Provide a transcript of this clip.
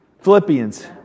Philippians